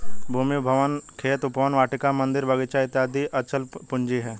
भूमि, भवन, खेत, उपवन, वाटिका, मन्दिर, बगीचा इत्यादि अचल पूंजी है